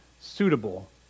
suitable